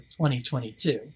2022